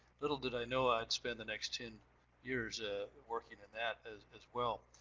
little did i know i'd spend the next ten years ah working in that, as as well.